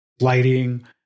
lighting